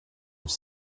have